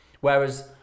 Whereas